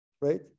right